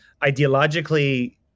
Ideologically